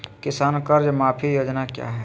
किसान कर्ज माफी योजना क्या है?